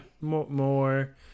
More